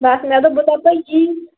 بَس مےٚ دوٚپ بہٕ دَپَے یی